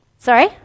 Sorry